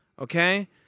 okay